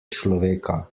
človeka